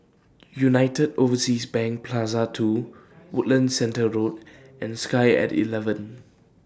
United Overseas Bank Plaza two Woodlands Centre Road and Sky At eleven